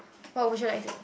what would you like to